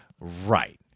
Right